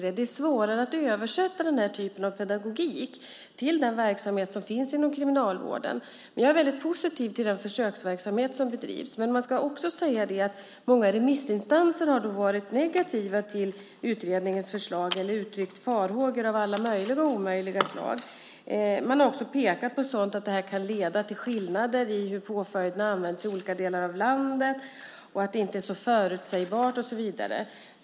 Det är svårare att översätta den typen av pedagogik till den verksamhet som finns inom Kriminalvården. Jag är mycket positiv till den försöksverksamhet som bedrivs. Många remissinstanser har emellertid varit negativa till utredningens förslag och uttryckt farhågor av alla möjliga och omöjliga slag. Man har pekat på att detta kan leda till skillnader i hur påföljden används i olika delar av landet, att det hela inte är särskilt förutsägbart och så vidare.